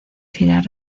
girar